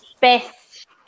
best